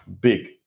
big